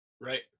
Right